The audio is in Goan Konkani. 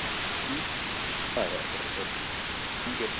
हय हय बरें ओके थॅंकयू